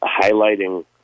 highlighting